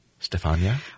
Stefania